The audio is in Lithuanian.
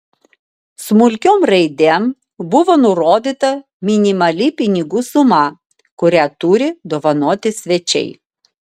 smulkiom raidėm buvo nurodyta minimali pinigų suma kurią turi dovanoti svečiai